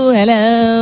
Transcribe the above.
Hello